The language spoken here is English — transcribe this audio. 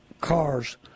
cars